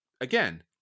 again